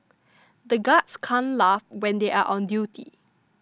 the guards can't laugh when they are on duty